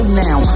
now